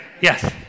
Yes